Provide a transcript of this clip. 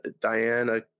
Diana